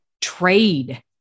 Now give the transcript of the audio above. Trade